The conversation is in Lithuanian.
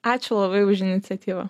ačiū labai už iniciatyvą